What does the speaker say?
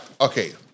Okay